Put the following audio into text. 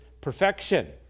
perfection